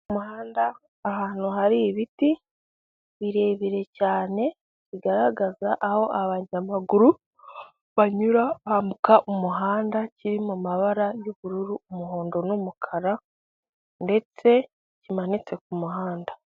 Mu muhanda ahantu hari ibiti birebire cyane bigaragaza aho abanyamaguru banyura bambuka umuhanda, kiri mu mabara y'ubururu, umuhondo n'umukara ndetse kimanitse ku muhanda.